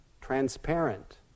transparent